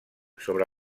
sobre